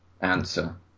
answer